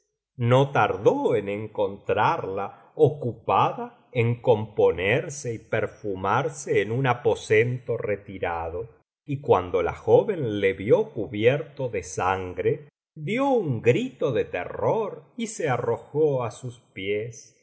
no tardó en encontrarla ocupada en componerse y perfumarse en un aposento retirado y cuando la joven le vio cubierto de sangré dio s un grito de terror y se arrojó á sus pies